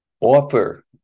offer